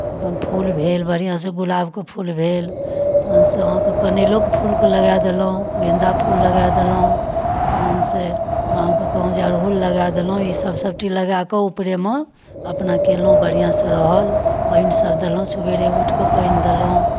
अपन फूल भेल बढ़िआँसँ गुलाबके फूल भेल तखनसँ अहाँकेँ कनैलोके फूलके लगा देलहुँ गेन्दा फूल लगा देलहुँ तखनसँ अहाँकेँ कयलहुँ जे अड़हूल फूलकेँ लगा देलहुँ ईसभ सभटी लगा कऽ ऊपरेमे अपना कयलहुँ बढ़िआँसँ रहल पानिसभ देलहुँ सवेरे उठि कऽ पानि देलहुँ